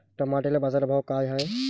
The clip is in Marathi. टमाट्याले बाजारभाव काय हाय?